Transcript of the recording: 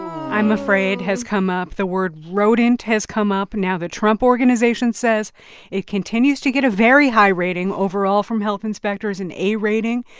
i'm afraid, has come up. the word rodent has come up. now, the trump organization says it continues to get a very high rating overall from health inspectors, an a rating.